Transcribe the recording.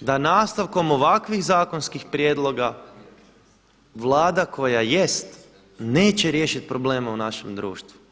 da nastavkom ovakvih zakonskih prijedloga Vlada koja jest neće riješiti probleme u našem društvu.